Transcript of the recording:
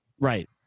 Right